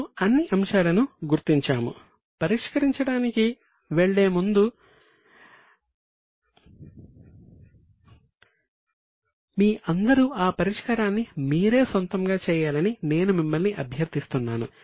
మనము అన్ని అంశాలను గుర్తించాము పరిష్కారానికి వెళ్లే ముందు మీ అందరూ ఆ పరిష్కారాన్ని మీరే సొంతంగా చేయాలని నేను మిమ్మల్ని అభ్యర్థిస్తున్నాను